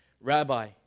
Rabbi